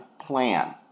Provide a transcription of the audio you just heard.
plan